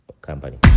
company